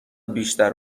بیشتر